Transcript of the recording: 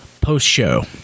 post-show